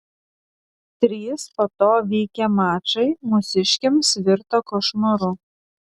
trys po to vykę mačai mūsiškiams virto košmaru